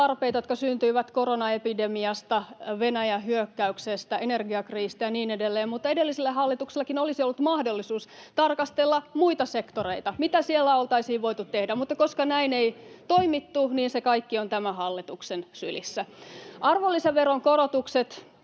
jotka syntyivät koronaepidemiasta, Venäjän hyökkäyksestä, energiakriisistä ja niin edelleen, mutta edellisellä hallituksellakin olisi ollut mahdollisuus tarkastella muita sektoreita, mitä siellä oltaisiin voitu tehdä, mutta koska näin ei toimittu, se kaikki on tämän hallituksen sylissä. Arvonlisäveron korotukset